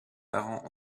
parents